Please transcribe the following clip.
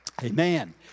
Amen